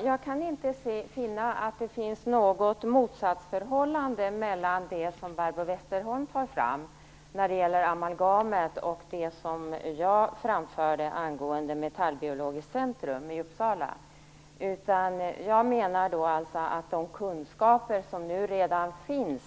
Fru talman! Jag kan inte finna något motsatsförhållande mellan det som Barbro Westerholm tar fram beträffande amalgamet och det som jag framförde angående Metallbiologiskt centrum i Uppsala. Jag menar att de kunskaper som redan finns